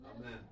Amen